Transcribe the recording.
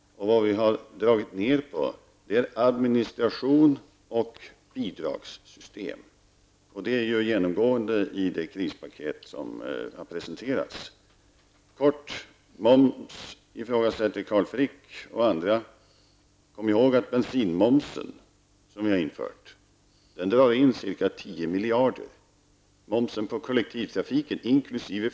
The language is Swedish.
Vad vi har dragit ner på är administration och bidragssystem. Det är genomgående i det krispaket som har presenterats. Moms ifrågasätter Carl Frick och andra. Kom ihåg att bensinmomsen, som vi har infört, drar in ca 10 miljarder. Momsen på kollektivtrafiken, inkl.